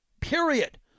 Period